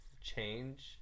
change